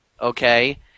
okay